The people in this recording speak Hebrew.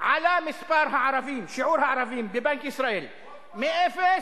עלה שיעור הערבים בבנק ישראל מאפס,